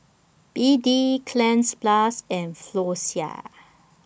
B D Cleanz Plus and Floxia